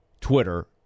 twitter